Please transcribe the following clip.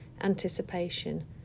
anticipation